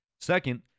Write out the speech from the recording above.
Second